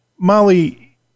Molly